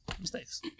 Mistakes